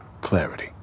clarity